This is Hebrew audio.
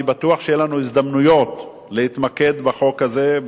אני בטוח שיהיו לנו הזדמנויות להתמקד בחוק הזה,